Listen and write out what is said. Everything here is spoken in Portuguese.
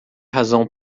razão